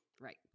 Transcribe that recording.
right